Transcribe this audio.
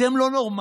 אתם לא נורמלים?